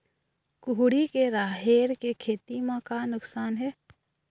कुहड़ी के राहेर के खेती म का नुकसान हे?